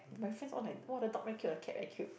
my friends all like !wah! the dog very cute the cat very cute